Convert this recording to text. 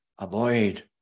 avoid